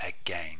Again